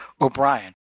O'Brien